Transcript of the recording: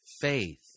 faith